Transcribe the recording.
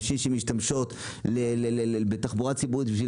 יש נשים שמשתמשות בתחבורה ציבורית כדי